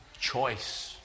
choice